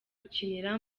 gukinira